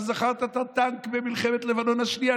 לא זכרת את הטנק ממלחמת לבנון השנייה?